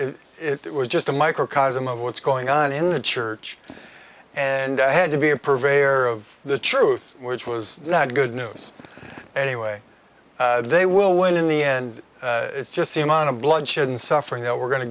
and it was just a microcosm of what's going on in the church and i had to be a purveyor of the truth which was not good news anyway they will win in the end it's just the amount of bloodshed and suffering that we're going to